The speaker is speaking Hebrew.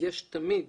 יש תמיד